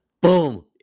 boom